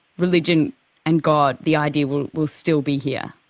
religion and god, the idea will will still be here?